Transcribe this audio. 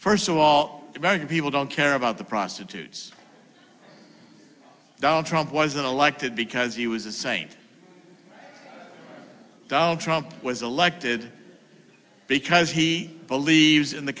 first of all american people don't care about the prostitutes don't trump wasn't elected because he was the same donald trump was elected because he believes in the